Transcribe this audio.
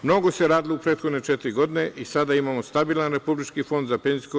Mnogo se radilo u prethodne četiri godine i sada imamo stabilan Republički fond za PIO.